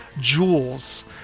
jewels